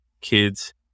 kids